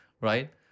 right